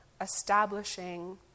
establishing